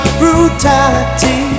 brutality